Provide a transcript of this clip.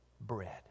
bread